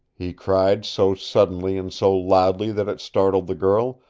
he cried, so suddenly and so loudly that it startled the girl.